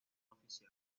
oficial